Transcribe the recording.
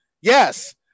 Yes